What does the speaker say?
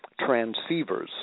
transceivers